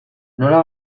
nola